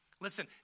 Listen